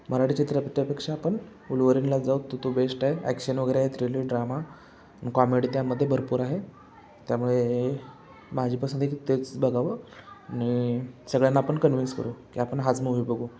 मराठी चित्रपटापेक्षा आपण उलवरिंगला जाऊ तो तो बेस्ट आहे ॲक्शन वगैरे आहे थ्रिलर ड्रामा कॉमेडी त्यामध्ये भरपूर आहे त्यामुळे माझी पसंती आहे तेच बघावं आणि सगळ्यांना आपण कन्विन्स करू की आपण हाच मूव्ही बघू